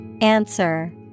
Answer